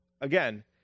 again